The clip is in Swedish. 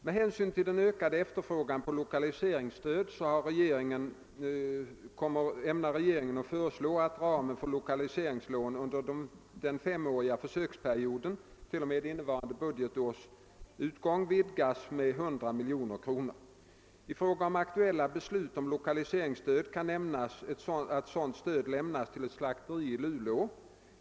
Med hänsyn till den ökade efterfrågan på lokaliseringsstöd ämnar regeringen föreslå att ramen för lokaliseringslån under den femåriga försöksperioden t.o.m. innevarande budgetår vidgas med 100 milj.kr.nor. I fråga om aktuella beslut om lokaliseringsstöd kan nämnas att sådant stöd lämnats till ett slakteri i Luleå.